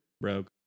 Rogue